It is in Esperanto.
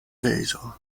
tezon